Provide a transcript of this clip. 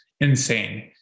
insane